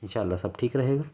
اِنشاء اللہ سب ٹھیک رہے گا